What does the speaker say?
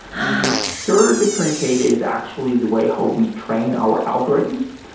the so third differentiator is actually the way how we train our algorithms.